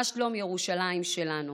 מה שלום ירושלים שלנו?